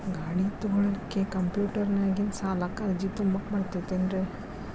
ಗಾಡಿ ತೊಗೋಳಿಕ್ಕೆ ಕಂಪ್ಯೂಟೆರ್ನ್ಯಾಗಿಂದ ಸಾಲಕ್ಕ್ ಅರ್ಜಿ ತುಂಬಾಕ ಬರತೈತೇನ್ರೇ?